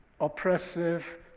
oppressive